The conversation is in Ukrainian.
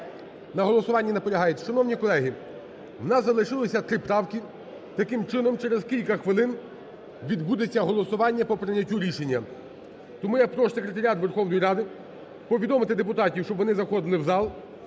На голосуванні наполягають. Шановні колеги, в нас залишилося три правки. Таким чином, через кілька хвилин відбудеться голосування по прийняттю рішення. Тому я прошу секретаріат Верховної Ради повідомити депутатів, щоб вони заходили в зал,